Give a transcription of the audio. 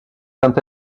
quant